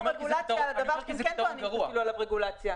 איך עושים רגולציה על דבר שאתם טוענים שיש עליו רגולציה?